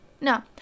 No